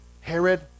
Herod